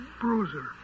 Bruiser